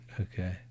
Okay